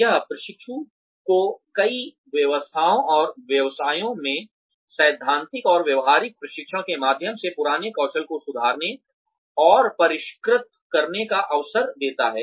यह प्रशिक्षु को कई व्यवसायों और व्यवसायों में सैद्धांतिक और व्यावहारिक प्रशिक्षण के माध्यम से पुराने कौशल को सुधारने और परिष्कृत करने का अवसर देता है